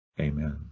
Amen